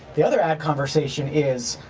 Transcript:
the other ad conversation is,